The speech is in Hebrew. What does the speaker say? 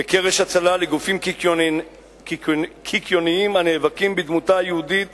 וקרש הצלה לגופים קיקיוניים הנאבקים בדמותה היהודית